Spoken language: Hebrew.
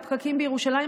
הפקקים בירושלים,